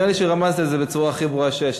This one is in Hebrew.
נראה לי שרמזתי על זה בצורה הכי ברורה שיש.